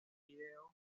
video